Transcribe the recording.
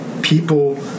People